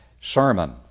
sermon